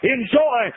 Enjoy